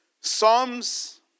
Psalms